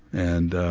and ah,